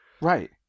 Right